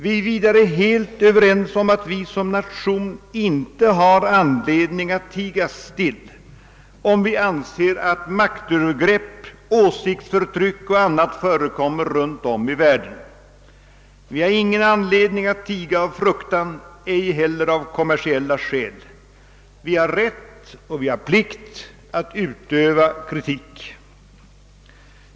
Vi är vidare helt eniga om att vi som nation inte har anledning att tiga still, om vi anser att maktövergrepp, åsiktsförtryck och annat förekommer runt om i världen. Vi har ingen anledning att tiga av fruktan, ej heller av kommersiella skäl. Vi har rätt och plikt att utöva kritik.